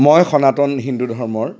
মই সনাতন হিন্দু ধৰ্মৰ